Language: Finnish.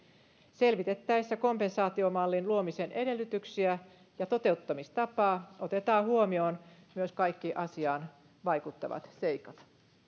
selvitettäessä kompensaatiomallin luomisen edellytyksiä ja toteuttamistapaa otetaan huomioon myös kaikki asiaan vaikuttavat seikat